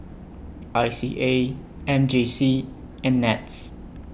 I C A M J C and Nets